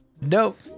nope